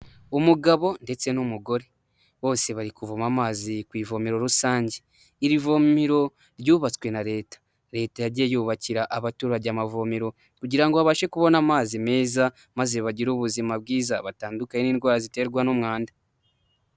Umugabo ndetse n'umugore bose bari kuvoma amazi ku ivomero rusange, iri vomero ryubatswe na leta, leta yagiye yubakira abaturage amavomero kugira ngo babashe kubona amazi meza maze bagire ubuzima bwiza batandukane n'indwara ziterwa n'umwanda.